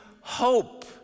hope